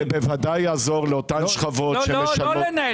זה בוודאי יעזור לאותן שכבות שמשלמות.